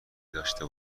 داشته